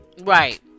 Right